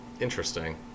Interesting